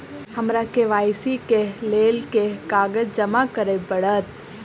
हमरा के.वाई.सी केँ लेल केँ कागज जमा करऽ पड़त?